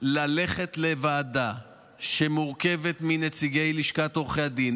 ללכת לוועדה שמורכבת מנציגי לשכת עורכי הדין,